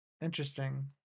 Interesting